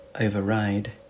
override